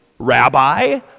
Rabbi